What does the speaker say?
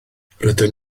rydyn